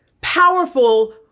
powerful